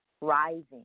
rising